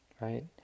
right